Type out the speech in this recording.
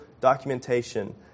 documentation